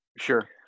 Sure